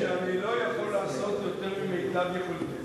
אני מודה שאני לא יכול לעשות יותר ממיטב יכולתי,